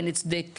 אין הצדק,